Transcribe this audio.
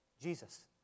Jesus